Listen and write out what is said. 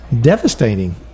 devastating